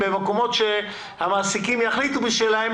היכן שהמעסיקים יחליטו בשבילם,